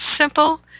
simple